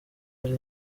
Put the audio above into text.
hari